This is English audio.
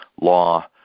law